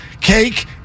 Cake